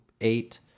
eight